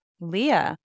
Leah